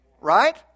Right